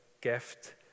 gift